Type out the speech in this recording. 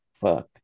fuck